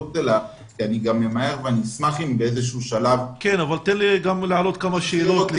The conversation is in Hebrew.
אני גם ממהר ואשמח אם באיזשהו שלב --- אבל תן לי להעלות כמה שאלות.